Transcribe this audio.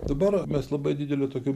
dabar mes labai dideliu tokiu